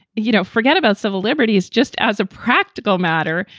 you know, forget about civil liberties. just as a practical matter,